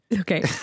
Okay